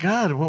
God